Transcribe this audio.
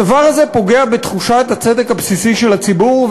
הדבר הזה פוגע בתחושת הצדק הבסיסי של הציבור,